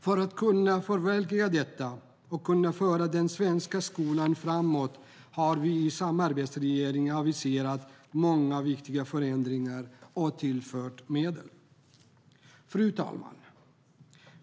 För att kunna förverkliga detta och föra den svenska skolan framåt har vi i samarbetsregeringen aviserat många viktiga förändringar och tillfört medel. Fru talman!